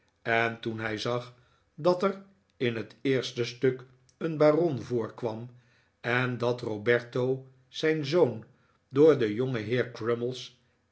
en toen hij zag dat er in het eerste stuk een baron voorkwam en dat roberto zijn zoon door den